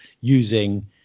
using